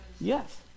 Yes